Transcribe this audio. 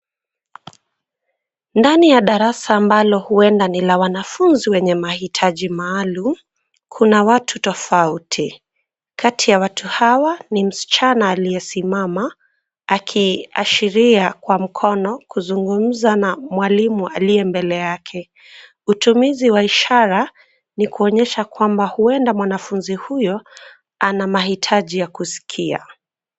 Ndani ya darasa ambalo huenda ni la wanafunzi wenye mahitaji maalum, kuna watu tofauti. Kati ya watu hawa, ni msichana aliyesimama, akiashiria kwa mkono kuzungumza na mwalimu aliye mbele yake. Utumizi wa ishara ni kuonyesha kwamba huenda mwanafunzi huyo ana mahitaji ya kusikia.